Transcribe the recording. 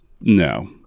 no